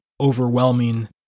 overwhelming